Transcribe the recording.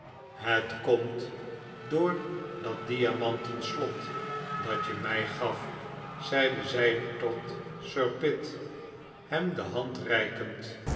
het komt door dat diamanten slot dat je mij gaf zeide zij tot sir pitt hem de hand reikend